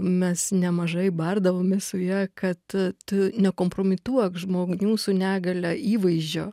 mes nemažai bardavomės su ja kad tu nekompromituok žmonių su negalia įvaizdžio